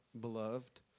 beloved